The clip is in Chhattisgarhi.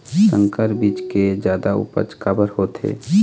संकर बीज के जादा उपज काबर होथे?